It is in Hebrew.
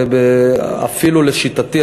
אפילו לשיטתי,